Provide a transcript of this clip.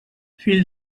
fill